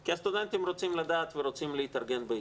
כי הסטודנטים רוצים לדעת ורוצים להתארגן בהתאם.